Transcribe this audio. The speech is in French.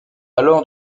alors